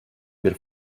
bir